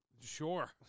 Sure